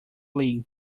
league